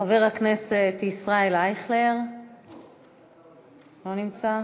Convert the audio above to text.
חבר הכנסת ישראל אייכלר, לא נמצא.